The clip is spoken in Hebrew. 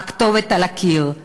הכתובת על הקיר,